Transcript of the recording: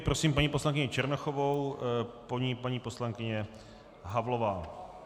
Prosím paní poslankyni Černochovou, po ní paní poslankyně Havlová.